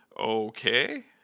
okay